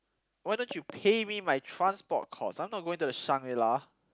why don't you pay me by transport cost I'm not going to the Shangri-La